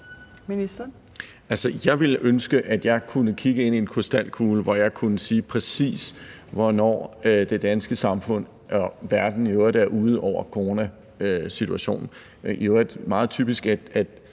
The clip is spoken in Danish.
Engelbrecht): Jeg ville ønske, at jeg kunne kigge ind i en krystalkugle, hvor jeg kunne se, præcis hvornår det danske samfund og verden i øvrigt er ude over coronasituationen. Det er i øvrigt meget typisk, at